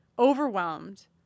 overwhelmed